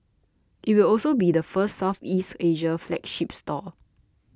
it will also be the first Southeast Asia flagship store